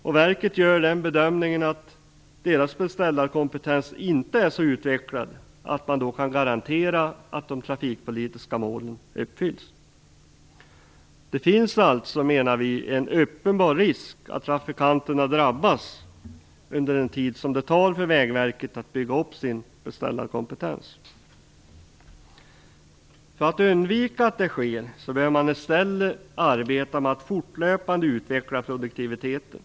På verket gör man den bedömningen att beställarkompetensen inte är så utvecklad att man då kan garantera att de trafikpolitiska målen uppfylls. Vi menar alltså att det finns en uppenbar risk att trafikanterna drabbas under den tid som det tar för Vägverket att bygga upp sin beställarkompetens. För att undvika att detta sker bör man i stället arbeta med att fortlöpande utveckla produktiviteten.